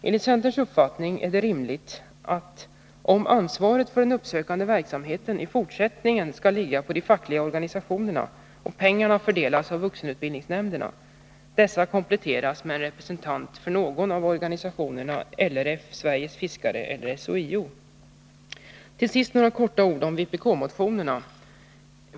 Enligt centerns uppfattning är det rimligt att dessa — om ansvaret för den uppsökande verksamheten i fortsättningen skall ligga på de fackliga organisationerna och pengarna fördelas av vuxenutbildningsnämnderna — kompletteras med en representant från någon av organisationerna LRF, SF eller SHIO. Till sist några ord om vpk-motionerna.